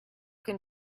can